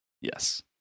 Yes